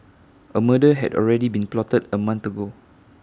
A murder had already been plotted A month ago